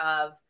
of-